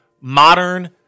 Modern